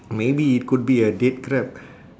maybe it could be a dead crab